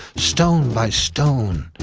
stone by stone,